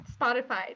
Spotify